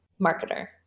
marketer